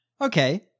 Okay